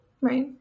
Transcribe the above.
Right